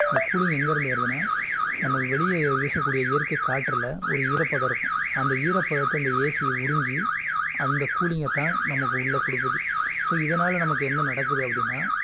அந்த கூலிங் எங்கேருந்து வருதுன்னால் நமக்கு வெளிய வீசக் கூடிய இயற்கை காற்றில் ஒரு ஈரப்பதம் இருக்கும் அந்த ஈரப்பதத்தை அந்த ஏசி உறிந்து அந்த கூலிங்கை தான் நமக்கு உள்ள கொடுக்குது ஸோ இதனால் நமக்கு என்ன நடக்குது அப்படின்னா